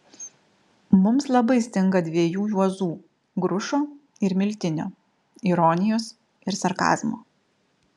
mums labai stinga dviejų juozų grušo ir miltinio ironijos ir sarkazmo